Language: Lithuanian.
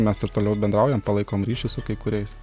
mes ir toliau bendraujam palaikom ryšį su kai kuriais